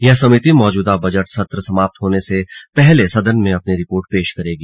यह समिति मौजूदा बजट सत्र समाप्त होने से पहले सदन में अपनी रिपोर्ट पेश करेगी